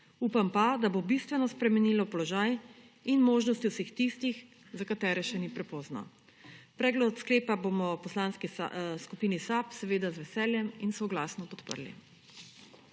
upam pa, da bo bistveno spremenilo položaj in možnosti vseh tistih, za katere še ni prepozno. Predlog sklepa bomo v Poslanski skupini SAB z veseljem in soglasno podprli.